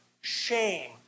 shame